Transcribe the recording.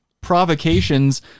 provocations